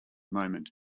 moment